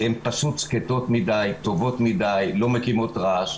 הן פשוט שקטות מדי, טובות מדי, לא מקימות רעש,